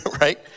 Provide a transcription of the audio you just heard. right